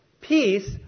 peace